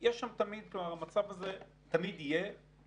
מצליחים למקסם את היכולת הזאת עבור מדינת ישראל.